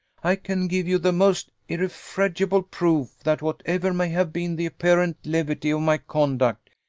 i can give you the most irrefragable proof, that whatever may have been the apparent levity of my conduct,